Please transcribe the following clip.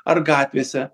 ar gatvėse